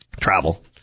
travel